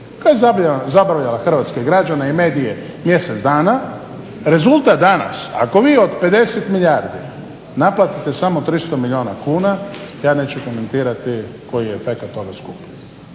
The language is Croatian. koja je zabavljala hrvatske građane i medije mjesec dana rezultat danas ako vi od 50 milijardi naplatite samo 300 milijuna kuna ja neću komentirati koji je efekat toga skupa.